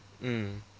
mm